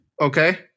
Okay